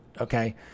okay